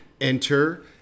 enter